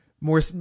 more